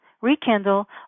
rekindle